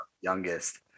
youngest